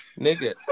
Nigga